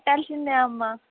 కలిసిందే అమ్మ